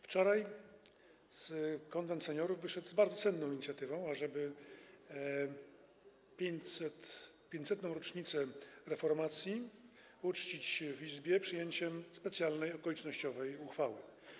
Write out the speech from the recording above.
Wczoraj Konwent Seniorów wyszedł z bardzo cenną inicjatywą, ażeby 500. rocznicę reformacji uczcić w Izbie przyjęciem specjalnej okolicznościowej uchwały.